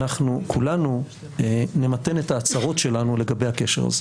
אנחנו כולנו נמתן את ההצהרות שלנו לגבי הקשר הזה.